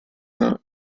not